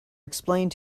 explained